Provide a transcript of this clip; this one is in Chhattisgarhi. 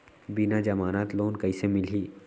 बिना जमानत लोन कइसे मिलही?